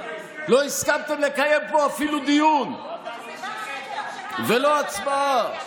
לא הסכמתם לקיים פה אפילו דיון ולא הצבעה.